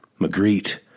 Magritte